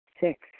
Six